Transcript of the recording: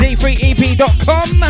D3EP.com